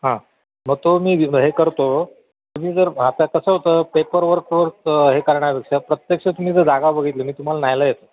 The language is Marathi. हां मग तो मी हे करतो तुम्ही जर आता कसं होतं पेपर वर्कवर हे करण्यापेक्षा प्रत्यक्ष तुम्ही जर जागा बघितलं मी तुम्हाला न्यायला येतो